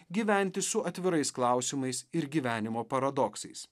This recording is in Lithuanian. gyventi su atvirais klausimais ir gyvenimo paradoksais